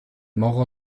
maurer